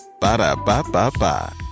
Ba-da-ba-ba-ba